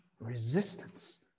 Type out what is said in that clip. resistance